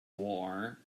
war